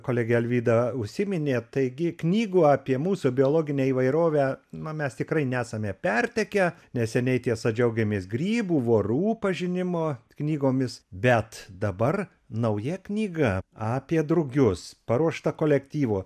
kolegė alvyda užsiminė taigi knygų apie mūsų biologinę įvairovę na mes tikrai nesame pertekę neseniai tiesa džiaugėmės grybų vorų pažinimo knygomis bet dabar nauja knyga apie drugius paruošta kolektyvo